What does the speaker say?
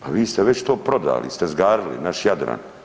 Pa vi ste već to prodali, istezgarili naš Jadran.